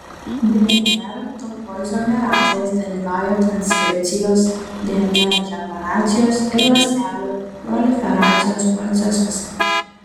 dnr topoizomerazės dalyvauja transkripcijos dnr reparacijos ir ląstelių proliferacijos procesuose